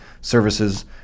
services